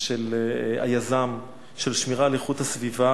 של היזם, של שמירה על איכות הסביבה,